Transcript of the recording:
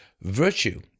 Virtue